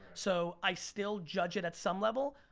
so i still judge it at some level.